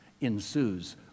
ensues